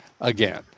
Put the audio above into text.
again